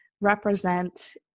represent